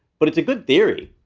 but it's a good theory,